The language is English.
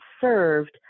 served